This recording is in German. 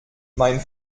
mein